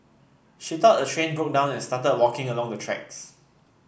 she thought the train broke down and started walking along the tracks